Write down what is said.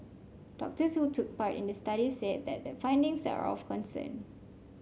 doctors who took part in the study said that the findings are of concern